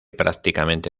prácticamente